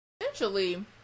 Essentially